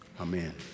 Amen